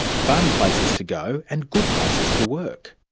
fun places to go and good places to work.